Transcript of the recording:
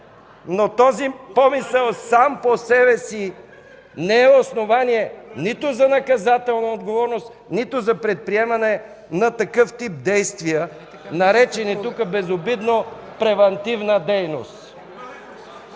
Но този помисъл сам по себе си не е основание нито за наказателна отговорност, нито за предприемане на такъв тип действия, наречени тук безобидно (шум и смях) „превантивна дейност”.